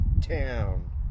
town